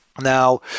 Now